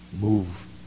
move